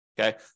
Okay